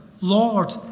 Lord